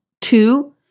two